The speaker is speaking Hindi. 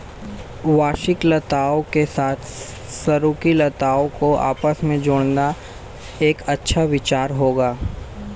वार्षिक लताओं के साथ सरू की लताओं को आपस में जोड़ना एक अच्छा विचार होगा